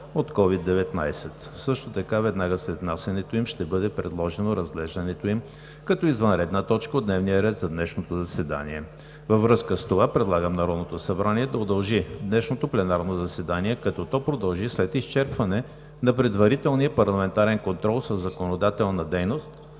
от COVID-19. Също така веднага след внасянето им ще бъде предложено разглеждането им като извънредна точка от дневния ред за днешното заседание. Във връзка с това предлагам Народното събрание да удължи днешното пленарно заседание, като то продължи след изчерпване на предварителния парламентарен контрол със законодателна дейност